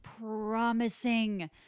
promising